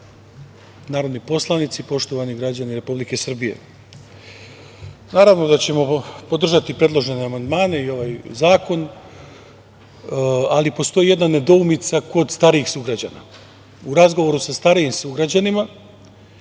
narodni poslanici, poštovani građani Republike Srbije, naravno da ćemo podržati predložene amandmane i ovaj zakon, ali postoji jedna nedoumica kod starijih sugrađana.U razgovoru sa starijim sugrađanima